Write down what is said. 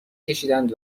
کشیدند